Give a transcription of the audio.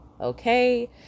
okay